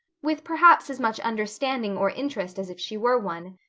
with perhaps as much understanding or interest as if she were one.